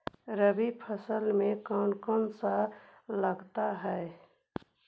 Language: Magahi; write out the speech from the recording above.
रबी फैसले मे कोन कोन सा लगता हाइय?